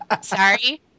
Sorry